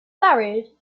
married